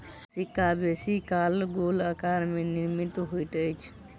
सिक्का बेसी काल गोल आकार में निर्मित होइत अछि